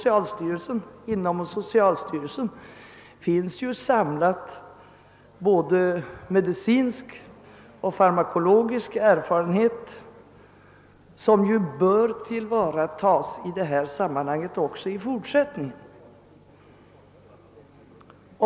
Inom socialstyrelsen finns både medicinsk och farmakologisk erfarenhet samlad, och den bör tillvaratas även i fortsättningen.